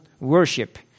worship